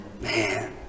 Man